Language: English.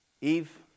Eve